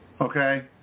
okay